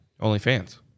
OnlyFans